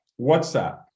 WhatsApp